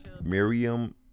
Miriam